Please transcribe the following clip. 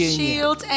shield